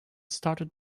started